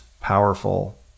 powerful